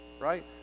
right